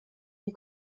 die